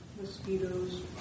Mosquitoes